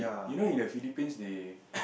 you know in the Philippines they